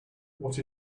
what